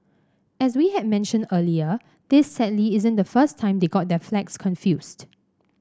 as we had mentioned earlier this sadly isn't the first time they got their flags confused